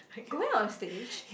go back on stage